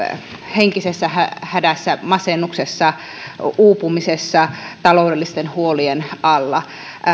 henkisessä hädässä masennuksessa uupumisessa taloudellisten huolien alla